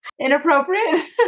Inappropriate